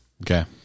Okay